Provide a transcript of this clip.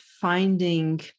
finding